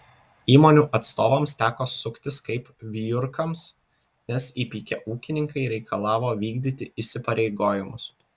įmonių atstovams teko suktis kaip vijurkams nes įpykę ūkininkai reikalavo vykdyti įsipareigojimus